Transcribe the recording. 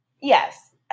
Yes